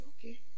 okay